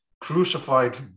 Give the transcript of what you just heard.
crucified